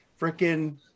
freaking